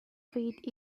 feed